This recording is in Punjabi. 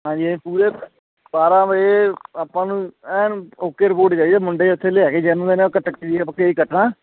ਹਾਂਜੀ ਇਹ ਪੂਰੇ ਬਾਰਾਂ ਵਜੇ ਆਪਾਂ ਨੂੰ ਐਨ ਓਕੇ ਰਿਪੋਰਟ ਚਾਹੀਦੀ ਮੁੰਡੇ ਇੱਥੇ ਲਿਆ ਕੇ ਕੇਕ ਕੱਟਣਾ